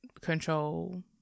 Control